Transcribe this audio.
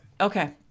Okay